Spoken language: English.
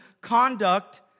conduct